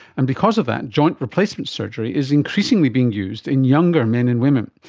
and because of that, joint replacement surgery is increasingly being used in younger men and women.